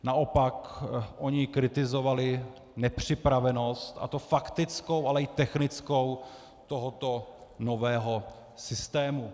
Naopak oni kritizovali nepřipravenost, a to faktickou, ale i technickou, tohoto nového systému.